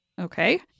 Okay